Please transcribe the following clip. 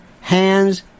hands